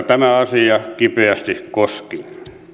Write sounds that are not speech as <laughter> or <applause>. <unintelligible> tämä asia kipeästi koski